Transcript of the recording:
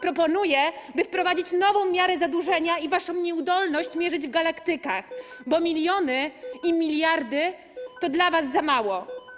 Proponuję, by wprowadzić nową miarę zadłużenia i waszą nieudolność mierzyć w galaktykach, bo miliony i miliardy to dla was za mało.